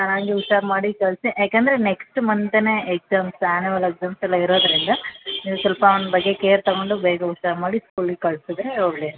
ಹಾ ಹಾಗೆ ಹುಷಾರು ಮಾಡಿ ಕಳಿಸಿ ಯಾಕೆಂದರೆ ನೆಕ್ಸ್ಟ್ ಮಂತೆನೆ ಎಕ್ಸಾಮ್ಸ್ ಆ್ಯನ್ಯುವಲ್ ಎಕ್ಸಾಮ್ಸ್ ಎಲ್ಲ ಇರೋದರಿಂದ ನೀವು ಸ್ವಲ್ಪ ಅವ್ನ ಬಗ್ಗೆ ಕೇರ್ ತಗೊಂಡು ಬೇಗ ಹುಷಾರು ಮಾಡಿ ಸ್ಕೂಲಿಗೆ ಕಳಿಸಿದ್ರೆ ಒಳ್ಳೆಯದು